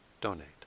donate